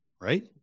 right